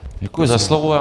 Děkuji za slovo.